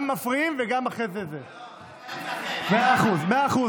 גם מפריעים, וגם אחרי זה, לא, מאה אחוז, מאה אחוז.